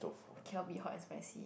cannot be hot and spicy